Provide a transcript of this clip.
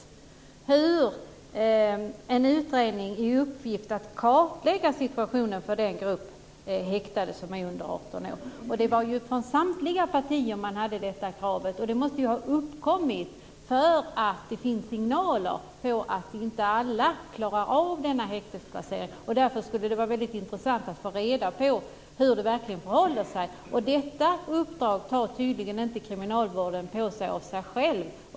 Det handlar om att ge en utredning i uppgift att kartlägga situationen för den grupp häktade som är under 18 år. Från samtliga partier hade man detta krav. Det måste ju ha uppkommit därför att det finns signaler om att inte alla klarar av denna häktning. Därför skulle det vara intressant att få reda på hur det verkligen förhåller sig. Men detta uppdrag tar tydligen inte kriminalvården på sig av sig själv.